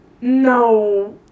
No